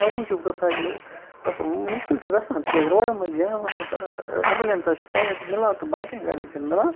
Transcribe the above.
تَو موٗجوٗب گَژھان یہِ گَژھان یہِ مُشکِل چھُ گَژھان تِکیاز روڈَن منٛز ییٚلہِ جام آسان ایمبلینسَس چھُ سایِڈ مِلان تہٕ باقِیَن گاڑین چھنہٕ مِلان